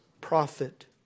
Prophet